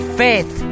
faith